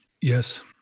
Yes